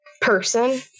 person